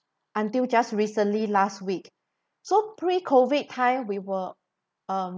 until just recently last week so pre COVID time we were um